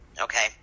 Okay